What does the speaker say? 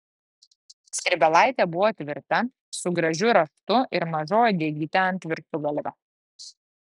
skrybėlaitė buvo tvirta su gražiu raštu ir maža uodegyte ant viršugalvio